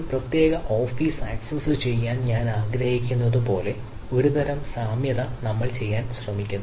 ഒരു പ്രത്യേക ഓഫീസ് ആക്സസ്സുചെയ്യാൻ ഞാൻ ആഗ്രഹിക്കുന്നതുപോലെ ഒരുതരം സാമ്യത നമ്മൾ ചെയ്യാൻ ശ്രമിക്കുന്നു